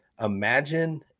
Imagine